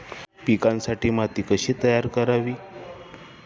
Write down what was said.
पिकांसाठी माती कशी तयार करावी?